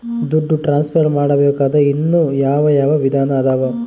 ದುಡ್ಡು ಟ್ರಾನ್ಸ್ಫರ್ ಮಾಡಾಕ ಇನ್ನೂ ಯಾವ ಯಾವ ವಿಧಾನ ಅದವು?